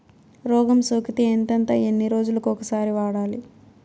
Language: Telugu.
రోగం సోకితే ఎంతెంత ఎన్ని రోజులు కొక సారి వాడాలి?